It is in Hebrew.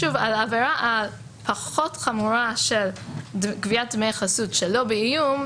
שוב על העבירה הפחות חמורה של גביית דמי חסות שלא באיום,